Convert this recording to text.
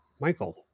Michael